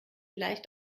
leicht